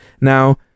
now